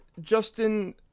Justin